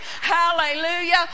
Hallelujah